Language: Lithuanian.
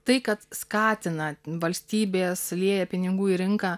tai kad skatina valstybės lieja pinigų į rinką